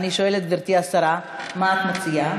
אני שואלת, גברתי השרה, מה את מציעה?